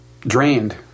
drained